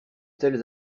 telles